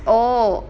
oh